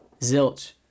zilch